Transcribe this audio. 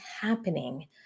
happening